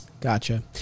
Gotcha